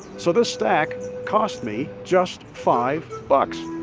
so this stack cost me just five bucks.